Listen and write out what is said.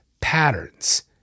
patterns